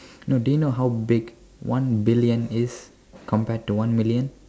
no do you know how big one billion is compared to one million